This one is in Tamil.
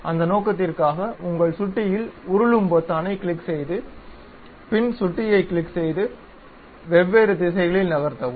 அந்த நோக்கத்திற்காக உங்கள் சுட்டியில் உருளும் பொத்தானைக் கிளிக் செய்து பின் சுட்டியைக் கிளிக் செய்து வெவ்வேறு திசைகளில் நகர்த்தவும்